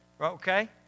Okay